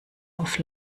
auf